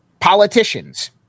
politicians